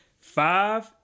Five